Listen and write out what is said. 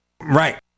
Right